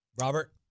Robert